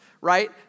right